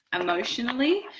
emotionally